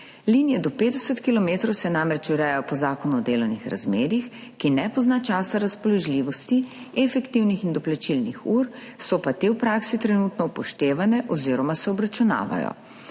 Linije do 50 kilometrov se namreč urejajo po Zakonu o delovnih razmerjih, ki ne pozna časa razpoložljivosti efektivnih in doplačilnih ur, so pa te v praksi trenutno upoštevane oziroma se obračunavajo.